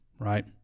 right